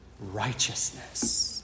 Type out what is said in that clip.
righteousness